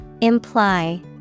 Imply